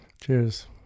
Cheers